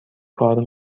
کار